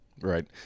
Right